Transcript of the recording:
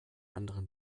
anderem